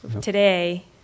today